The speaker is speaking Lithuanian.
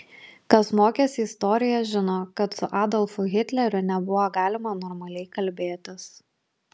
kas mokėsi istoriją žino kad su adolfu hitleriu nebuvo galima normaliai kalbėtis